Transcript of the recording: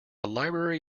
library